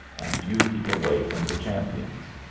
and you keep away from the champions.